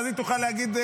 ואז היא תוכל להגיד.